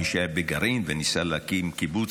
מי שהיה בגרעין וניסה להקים קיבוץ,